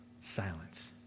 silence